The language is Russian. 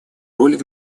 роль